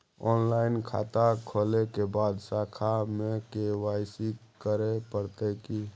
Online खाता खोलै के बाद शाखा में के.वाई.सी करे परतै की?